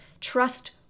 trust